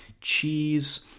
cheese